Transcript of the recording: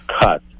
cut